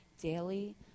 daily